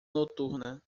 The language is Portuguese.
noturna